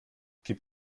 gib